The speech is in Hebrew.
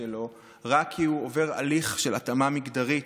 שלו רק כי הוא עובר הליך של התאמה מגדרית,